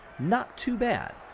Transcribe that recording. not too bad.